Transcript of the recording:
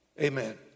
Amen